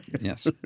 Yes